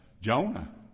Jonah